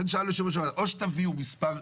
או שתביאו מספר,